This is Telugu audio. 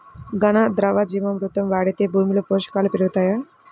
ఘన, ద్రవ జీవా మృతి వాడితే భూమిలో పోషకాలు పెరుగుతాయా?